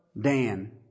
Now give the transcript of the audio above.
Dan